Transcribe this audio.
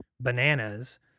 bananas